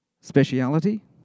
speciality